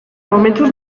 momentuz